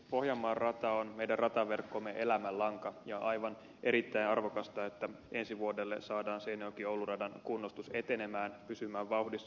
pohjanmaan rata on meidän rataverkkomme elämänlanka ja on erittäin arvokasta että ensi vuodelle saadaan seinäjokioulu radan kunnostus etenemään pysymään vauhdissa